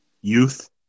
Youth